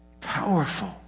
Powerful